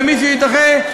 ומי שיידחה,